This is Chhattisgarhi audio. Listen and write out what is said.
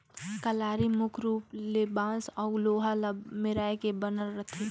कलारी मुख रूप ले बांस अउ लोहा ल मेराए के बनल रहथे